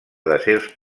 deserts